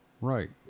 Right